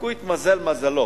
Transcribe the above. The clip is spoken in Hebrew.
רק הוא, התמזל מזלו